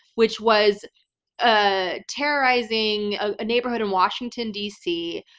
which was ah terrorizing a neighborhood in washington dc.